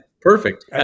Perfect